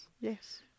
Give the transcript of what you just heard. Yes